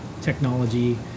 technology